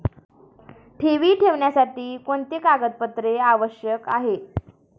ठेवी ठेवण्यासाठी कोणते कागदपत्रे आवश्यक आहे?